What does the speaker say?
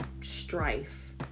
strife